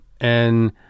and-